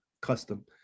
custom